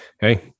hey